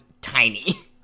tiny